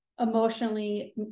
Emotionally